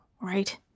right